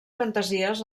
fantasies